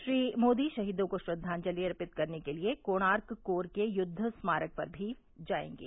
श्री मोदी शहीदों को श्रद्वांजलि अर्पित करने के लिए कोणार्क कोर के युद्वस्मारक पर भी जाएंगे